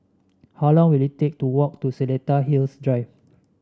how long will it take to walk to Seletar Hills Drive